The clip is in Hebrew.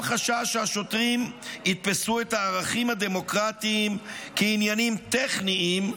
"קיים חשש שהשוטרים יתפסו את הערכים הדמוקרטיים 'כעניינים טכניים,